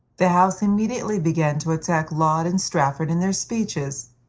the house immediately began to attack laud and strafford in their speeches.